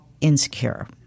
insecure